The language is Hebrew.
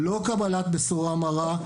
לא קבלת בשורה מרה,